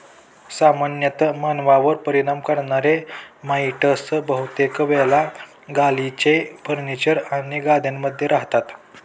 सामान्यतः मानवांवर परिणाम करणारे माइटस बहुतेक वेळा गालिचे, फर्निचर आणि गाद्यांमध्ये रहातात